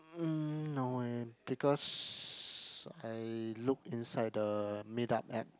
mm no eh because I look inside the meet up app